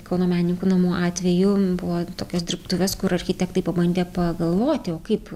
kauno menininkų namų atveju buvo tokios dirbtuvės kur architektai pabandė pagalvoti o kaip